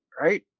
right